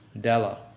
Della